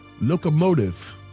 locomotive